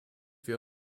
wir